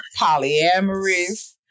polyamorous